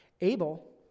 Abel